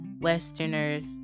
westerners